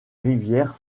rivière